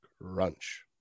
Crunch